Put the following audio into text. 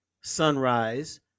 sunrise